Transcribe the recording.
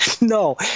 No